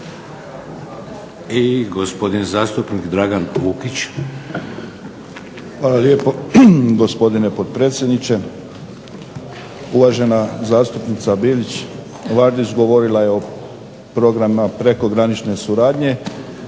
I gospodin zastupnik Dragan Vukić. **Vukić, Dragan (HDZ)** Gospodine potpredsjedniče, uvažena zastupnica Bilić Vardić govorila je o programima prekogranične suradnje